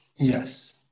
Yes